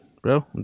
bro